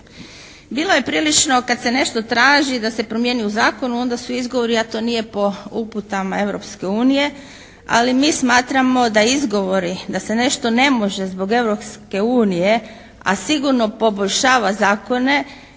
Bilo je prilično kad se nešto traži da se promijeni u zakonu onda su izgovori a to nije po uputama Europske unije ali mi smatramo da izgovori da se nešto ne može zbog Europske unije a sigurno poboljšava zakone